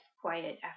quiet